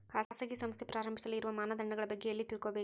ಖಾಸಗಿ ಸಂಸ್ಥೆ ಪ್ರಾರಂಭಿಸಲು ಇರುವ ಮಾನದಂಡಗಳ ಬಗ್ಗೆ ಎಲ್ಲಿ ತಿಳ್ಕೊಬೇಕು?